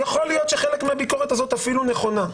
יכול להיות שחלק מהביקורת הזאת אפילו נכונה,